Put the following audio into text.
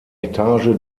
etage